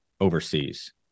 overseas